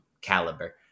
caliber